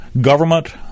government